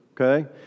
okay